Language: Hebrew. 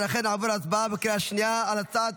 לכן נעבור להצבעה בקריאה השנייה על הצעת